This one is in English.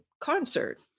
concert